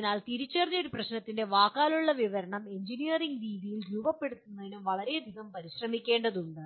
അതിനാൽ തിരിച്ചറിഞ്ഞ ഒരു പ്രശ്നത്തിന്റെ വാക്കാലുള്ള വിവരണം എഞ്ചിനീയറിംഗ് രീതിയിൽ രൂപപ്പെടുത്തുന്നതിന് വളരെയധികം പരിശ്രമിക്കേണ്ടതുണ്ട്